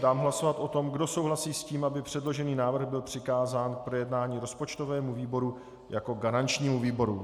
Dám hlasovat o tom, kdo souhlasí s tím, aby předložený návrh byl přikázán k projednání rozpočtovému výboru jako garančnímu výboru.